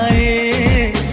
a